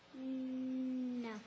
No